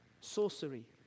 sorcery